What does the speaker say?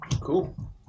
Cool